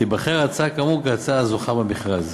תיבחר ההצעה כאמור כהצעה הזוכה במכרז.